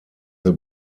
the